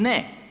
Ne.